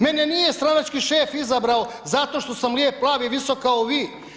Mene nije stranački šef izabrao zato što sam lijep, plav i visok kao vi.